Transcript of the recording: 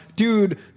Dude